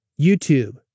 YouTube